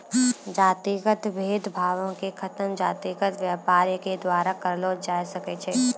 जातिगत भेद भावो के खतम जातिगत व्यापारे के द्वारा करलो जाय सकै छै